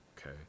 Okay